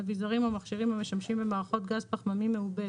אביזרים ומכשירים המשמשים במערכות גז פחמני מעובה,